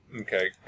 Okay